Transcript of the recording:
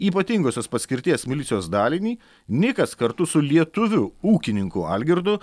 ypatingosios paskirties milicijos dalinį nikas kartu su lietuviu ūkininku algirdu